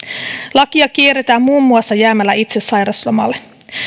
lakia kierretään muun muassa jäämällä itse sairauslomalle